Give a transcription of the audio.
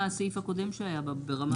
בסיום הקריאה ואחרי שנשמע הערות אני